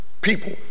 people